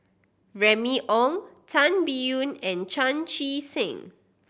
Remy Ong Tan Biyun and Chan Chee Seng